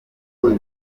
sala